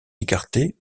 écarté